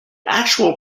actual